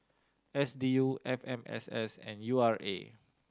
S D U F M S S and U R A